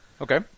Okay